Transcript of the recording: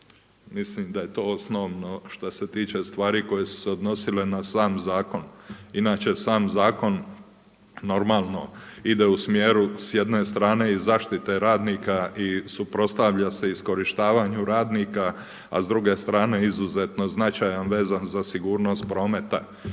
mislim da je to osnovno što se tiče stvari koje su se odnosile na sam zakon. Inače sam zakon normalno ide u smjeru s jedne strane i zaštite radnika i suprotstavlja se iskorištavanju radnika, a s druge strane izuzetno značajan vezan za sigurnost prometa.